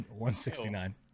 169